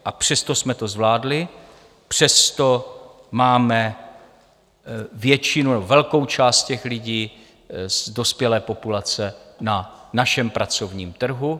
A přesto jsme to zvládli, přesto máme většinu nebo velkou část těch lidí z dospělé populace na našem pracovník trhu.